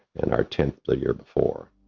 and our tenth year before.